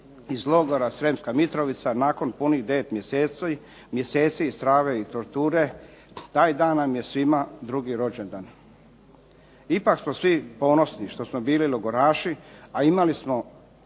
iz logora Srijemska Mitrovica nakon punih 9 mjeseci strave i torture, taj dan nam je svima drugi rođendan. Ipak smo svi ponosni što smo bili logoraši a imali smo